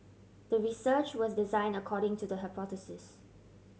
the research was design according to the hypothesis